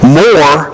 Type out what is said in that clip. more